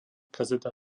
kazeta